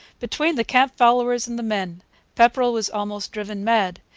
between the camp-followers and the men pepperrell was almost driven mad.